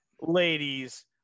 ladies